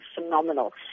phenomenal